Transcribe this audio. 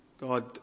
God